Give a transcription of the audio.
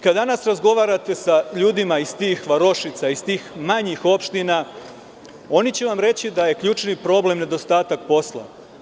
Kada danas razgovarate sa ljudima iz tih varošica, iz tih manjih opština, oni će vam reći da je ključni problem nedostatak posla.